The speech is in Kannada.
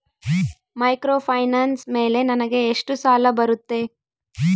ಮೈಕ್ರೋಫೈನಾನ್ಸ್ ಮೇಲೆ ನನಗೆ ಎಷ್ಟು ಸಾಲ ಬರುತ್ತೆ?